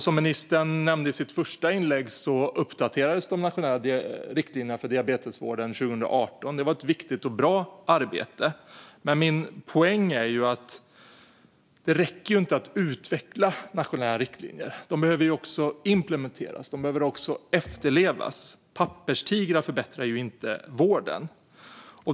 Som ministern nämnde i sitt första inlägg uppdaterades de nationella riktlinjerna för diabetesvården 2018, och det var ett viktigt och bra arbete. Min poäng är att det inte räcker att utveckla nationella riktlinjer. De behöver också implementeras och efterlevas. Papperstigrar förbättrar inte vården.